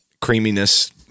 Creaminess